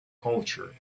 culture